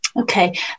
Okay